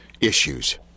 issues